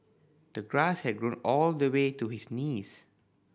the grass had grown all the way to his knees